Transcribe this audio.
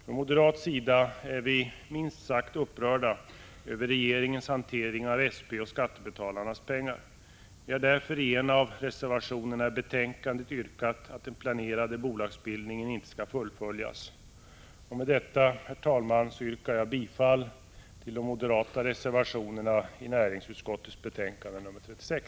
Från moderat sida är vi minst sagt upprörda över regeringens hantering av SP och skattebetalarnas pengar. Vi har därför i en av reservationerna yrkat att den planerade bolagsbildningen inte skall fullföljas. Med detta yrkar jag bifall till de moderata reservationerna vid näringsutskottets betänkande 36.